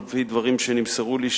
על-פי דברים שנמסרו לי,